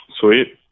sweet